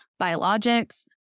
biologics